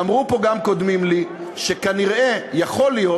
ואמרו פה גם קודמים לי, שכנראה, יכול להיות,